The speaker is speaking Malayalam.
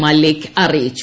മാലിക് അറിയിച്ചു